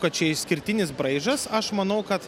kad čia išskirtinis braižas aš manau kad